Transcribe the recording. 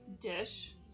dish